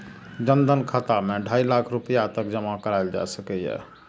जन धन खाता मे ढाइ लाख रुपैया तक जमा कराएल जा सकैए